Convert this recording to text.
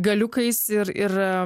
galiukais ir ir